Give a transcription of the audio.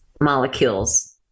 molecules